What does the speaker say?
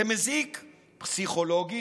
זה מזיק פסיכולוגית,